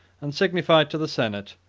and signified to the senate,